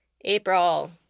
April